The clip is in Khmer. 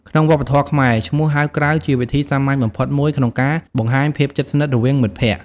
ក្នុងវប្បធម៌ខ្មែរ ឈ្មោះហៅក្រៅជាវិធីសាមញ្ញបំផុតមួយក្នុងការបង្ហាញភាពជិតស្និទ្ធរវាងមិត្តភក្តិ។